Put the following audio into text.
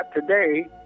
today